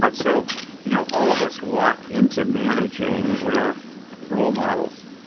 but so you know, all of us walk into managing with role models.